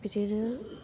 बिदिनो